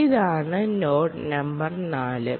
ഇതാണ് node number 4